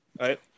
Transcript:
right